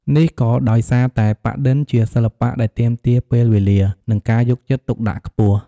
នេះក៏ដោយសារតែ ប៉ាក់-ឌិន ជាសិល្បៈដែលទាមទារពេលវេលា និងការយកចិត្តទុកដាក់ខ្ពស់។